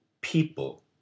people